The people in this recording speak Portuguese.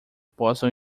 possam